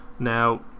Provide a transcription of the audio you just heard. Now